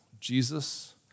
Jesus